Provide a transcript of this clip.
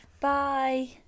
Bye